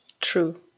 True